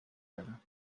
ara